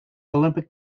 olympic